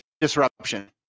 disruption